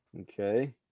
Okay